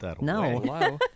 No